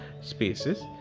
spaces